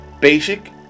Basic